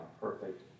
perfect